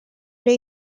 day